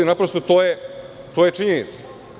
Naprosto, to je činjenica.